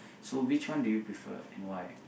so which one do you prefer and why